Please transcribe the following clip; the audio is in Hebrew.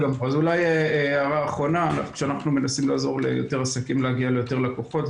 אז אולי הערה אחרונה שאנחנו מנסים ליותר עסקים להגיע ליותר לקוחות,